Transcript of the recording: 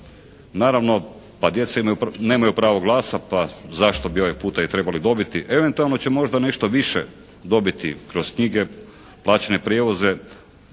Naravno pa djeca nemaju pravo glasa pa zašto bi ovaj puta i trebali dobiti. Eventualno će možda nešto više dobiti kroz knjige, plaćne prijevoze,